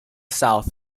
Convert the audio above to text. south